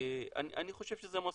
אני חושב שזה מספיק,